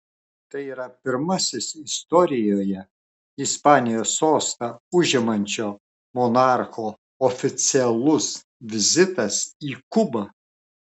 tai yra pirmasis istorijoje ispanijos sostą užimančio monarcho oficialus vizitas į kubą